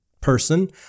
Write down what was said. person